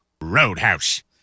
Roadhouse